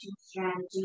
strategy